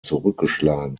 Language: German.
zurückgeschlagen